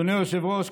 אדוני היושב-ראש,